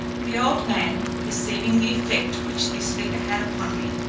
the old man, perceiving the effect which this liquor had upon me,